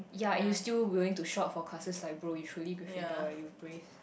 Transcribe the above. ya and you still willing to shot for classes like bro you truly Gryffindor eh you brave